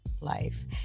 life